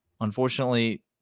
Unfortunately